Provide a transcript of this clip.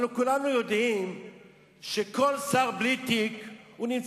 הרי כולנו יודעים שכל שר בלי תיק הוא,